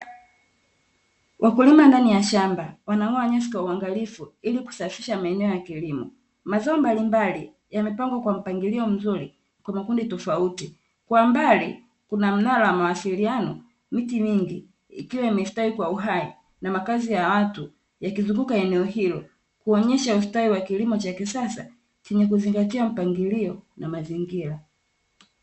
Wakulima ndani ya shamba wanang'oa nyasi kwa uangalifu ili kusafisha maeneo ya kilimo. Mazao mbalimbali yamepangwa kwa mpangilio mzuri kwa makundi tofauti. Kwa mbali, kuna mnara wa mawasiliano, miti mingi ikiwa imestawi kwa uhai na makazi ya watu yakizunguka eneo hilo, kuonyesha ustawi wa kilimo cha kisasa chenye kuzingatia mpangilio na mazingira.